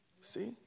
See